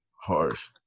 harsh